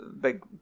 big